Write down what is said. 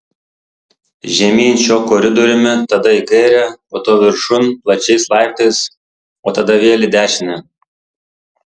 žemyn šiuo koridoriumi tada į kairę po to viršun plačiais laiptais o tada vėl į dešinę